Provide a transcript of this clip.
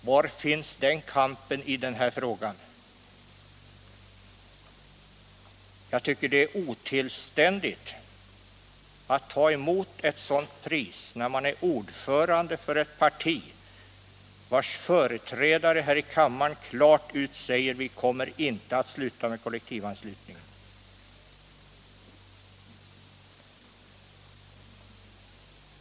Var finns den kampen i den här frågan? Jag tycker det är otillständigt att ta emot ett sådant pris när man är ordförande i ett parti, vars företrädare här i kammaren klart säger ut att man inte kommer att sluta med kollektivanslutningen.